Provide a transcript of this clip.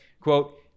quote